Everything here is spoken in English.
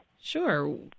Sure